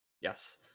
Yes